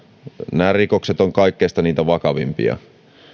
nämä rikokset ovat niitä kaikista vakavimpia